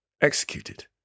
executed